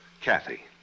Kathy